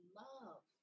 love